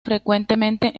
frecuentemente